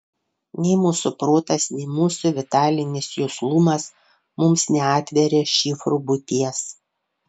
nei mūsų protas nei mūsų vitalinis juslumas mums neatveria šifrų būties